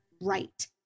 right